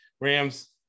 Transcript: Rams